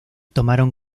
tomaron